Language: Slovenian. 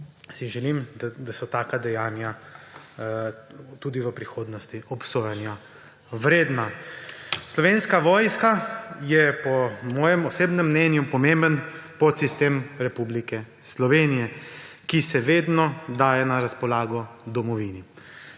želim, da so taka dejanja tudi v prihodnosti obsojanja vredna. Slovenska vojska je po mojem osebnem mnenju pomemben podsistem Republike Slovenije, ki se vedno daje na razpolago domovini.